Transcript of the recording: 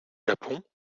japon